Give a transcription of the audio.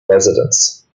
residents